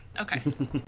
okay